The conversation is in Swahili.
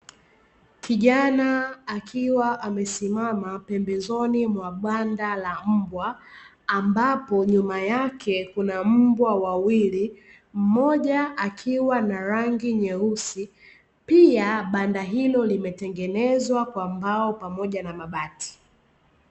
Kijana akiwa amesimama pembezoni mwa banda la mbwa, ambapo nyuma yake kuna mbwa wawili, mmoja akiwa na rangi nyeusi, Pia banda hilo limetengenezwa kwa mbao pamoja na mabati.